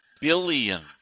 billions